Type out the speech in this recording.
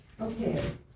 okay